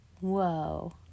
whoa